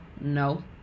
No